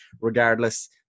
regardless